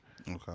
Okay